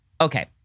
Okay